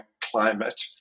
climate